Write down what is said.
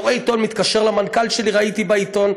קורא עיתון ומתקשר למנכ"ל שלי: ראיתי בעיתון.